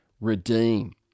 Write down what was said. redeem